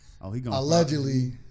allegedly